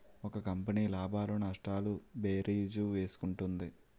ఒక కంపెనీ లాభాలు నష్టాలు భేరీజు వేసుకుంటుంది